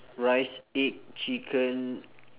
rice egg chicken